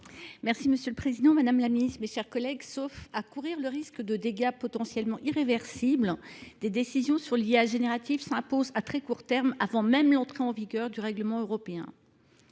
Merci Monsieur le Président, Madame la Ministre, mes chers collègues. Sauf à courir le risque de dégâts potentiellement irréversibles, des décisions sur l'IA générative s'imposent à très court terme avant même l'entrée en vigueur du règlement européen.